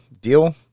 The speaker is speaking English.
Deal